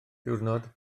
diwrnod